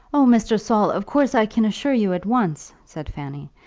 oh, mr. saul, of course i can assure you at once, said fanny.